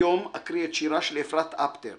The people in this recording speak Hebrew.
היום אקריא את שירה של אפרת בפטר